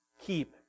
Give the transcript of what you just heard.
Keep